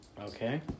Okay